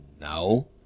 no